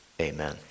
Amen